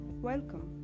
Welcome